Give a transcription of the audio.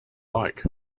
like